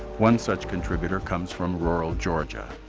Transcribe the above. one such contributor comes from rural georgia.